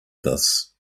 this